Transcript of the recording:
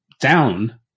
down